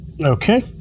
Okay